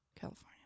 California